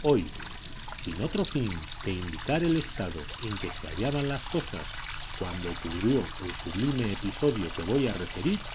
hoy sin otro fin que indicar el estado en que se hallaban las cosas cuando ocurrió el sublime episodio que voy a referir